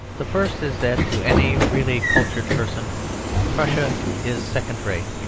the first is that, to any really cultured person prussia is second-rate.